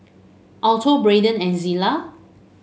Alto Braydon and Zillah